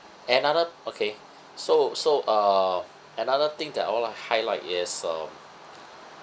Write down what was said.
another okay so so uh another thing that I want to highlight is uh